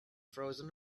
frozen